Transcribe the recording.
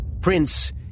Prince